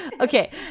okay